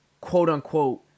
quote-unquote